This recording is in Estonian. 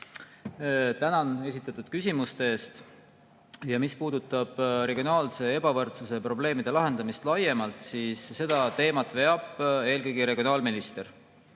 Tänan esitatud küsimuste eest. Mis puudutab regionaalse ebavõrdsuse probleemide lahendamist laiemalt, siis seda teemat veab eelkõige regionaalminister.